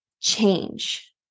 change